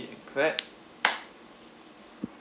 clap